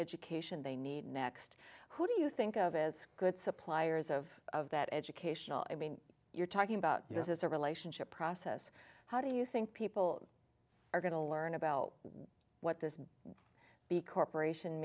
education they need next who do you think of as good suppliers of that educational i mean you're talking about you know has a relationship process how do you think people are going to learn about what this the corporation